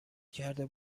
کرده